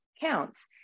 counts